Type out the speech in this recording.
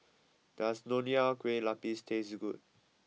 does Nonya Kueh Lapis taste good